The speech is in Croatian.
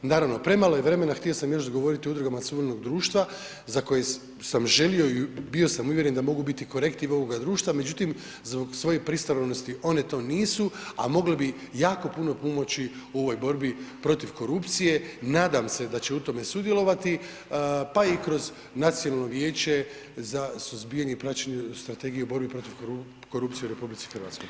Naravno, premalo je vremena, htio sam još govoriti o udrugama suvremenog društva za koje sam želio i bio sam uvjeren da mogu biti korektiv ovoga društva, međutim, zbog svoje pristranosti one to nisu, a mogle bi jako puno pomoći u ovoj borbi protiv korupcije, nadam se da će u tome sudjelovati, pa i kroz Nacionalno vijeće za suzbijanje i praćenje strategije u borbi protiv korupcije u RH.